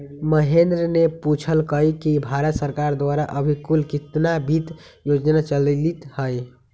महेंद्र ने पूछल कई कि भारत सरकार द्वारा अभी कुल कितना वित्त योजना चलीत हई?